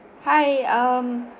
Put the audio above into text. hi mm